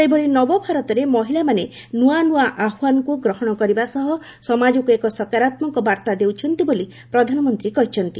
ସେହିଭଳି ନବଭାରତରେ ମହିଳାମାନେ ନୂଆ ନୂଆ ଆହ୍ୱାନକୁ ଗ୍ରହଣ କରିବା ସହ ସମାଜକୁ ଏକ ସକାରାତ୍ମକ ବାର୍ତ୍ତା ଦେଉଛନ୍ତି ବୋଲି ପ୍ରଧାନମନ୍ତ୍ରୀ କହିଛନ୍ତି